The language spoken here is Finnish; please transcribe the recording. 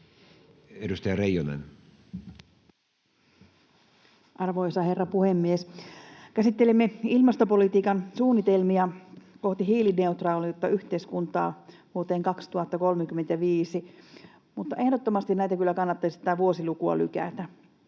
16:26 Content: Arvoisa herra puhemies! Käsittelemme ilmastopolitiikan suunnitelmia kohti hiilineutraalia yhteiskuntaa vuonna 2035, mutta ehdottomasti kyllä kannattaisi tätä vuosilukua lykätä,